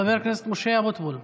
חבר הכנסת משה אבוטבול.